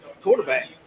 quarterback